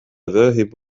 ذاهب